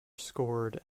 scored